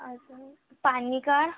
अजून पाणी काढ